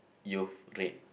you've played